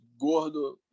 Gordo